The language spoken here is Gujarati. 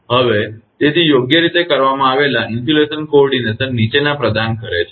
હવે તેથી યોગ્ય રીતે કરવામાં આવેલા ઇન્સ્યુલેશન કોર્ડીનેશન નીચેના પ્રદાન કરે છે